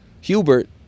Hubert